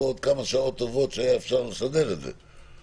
עוד כמה שעות טובות שהיה אפשר לסדר את זה בהן.